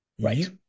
Right